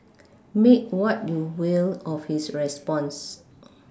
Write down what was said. make what you will of his response